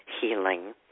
healing